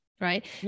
right